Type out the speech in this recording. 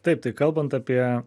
taip tai kalbant apie